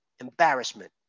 embarrassment